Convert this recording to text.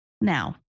now